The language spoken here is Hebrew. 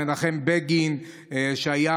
צירף